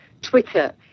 Twitter